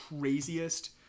craziest